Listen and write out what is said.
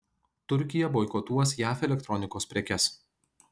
turkija boikotuos jav elektronikos prekes